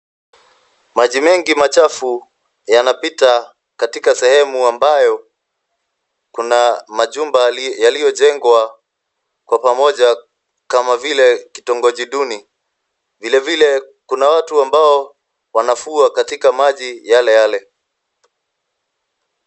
Maji mengi machafu yanapita katika sehemu ambayo kuna majumba yaliyojenjwa kwa pamoja kama vile kitongoji duni, vilevile kuna watu ambao wanafua katika maji yale yale.